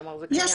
כלומר, זה קיים.